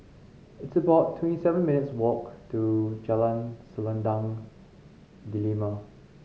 it's about twenty seven minutes' walk to Jalan Selendang Delima